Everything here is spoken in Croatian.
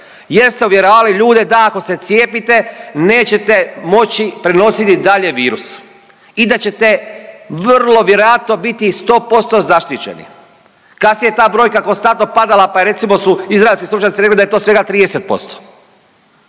ste uvjeravali ljude da ako se cijepite nećete moći prenositi dalje virus i da ćete vrlo vjerojatno biti sto posto zaštićeni. Kasnije je ta brojka konstantno padala, pa recimo su izraelski stručnjaci rekli da je to svega 30%.